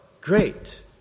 great